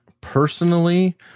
personally